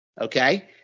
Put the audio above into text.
Okay